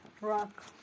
Rock